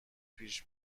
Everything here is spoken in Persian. پیش